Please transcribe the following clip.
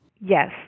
Yes